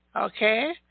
okay